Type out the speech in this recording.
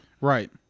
Right